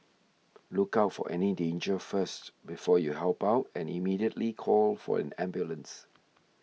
look out for any danger first before you help out and immediately call for an ambulance